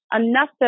enough